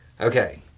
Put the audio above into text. Okay